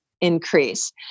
increase